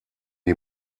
die